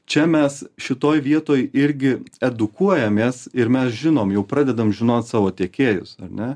čia mes šitoj vietoj irgi edukuojames ir mes žinom jau pradedam žinot savo tiekėjus ar ne